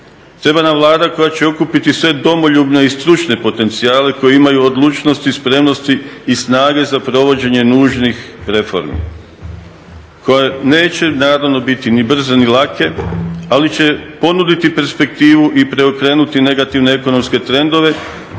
Treba nam Vlada koja će okupiti sve domoljubne i stručne potencijale koji imaju odlučnost i spremnost i snage za provođenje nužnih reformi. Koja neće … biti ni brze ni lake, ali će ponuditi perspektivu i preokrenuti negativne ekonomske trendove